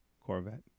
corvette